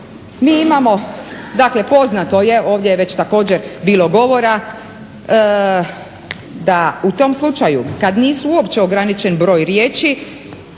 Mi imamo dakle poznato je ovdje je također bilo govora da u tom slučaju kada nisu uopće ograničeni riječi,